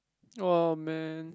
aww man